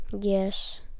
yes